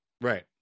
Right